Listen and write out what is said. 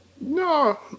no